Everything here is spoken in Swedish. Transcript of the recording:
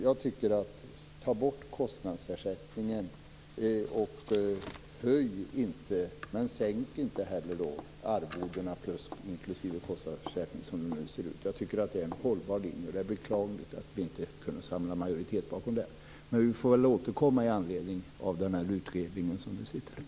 Jag tycker att kostnadsersättningen skall tas bort och att arvodena inklusive kostnadsersättningen som de nu ser ut inte skall höjas, men inte heller sänkas. Jag tycker att det är en hållbar linje, och det är beklagligt att vi inte kunde samla en majoritet bakom detta. Men vi får väl återkomma med anledning av den utredning som är tillsatt.